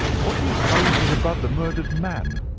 what do you suppose was above the murdered man?